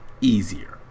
easier